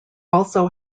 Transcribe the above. also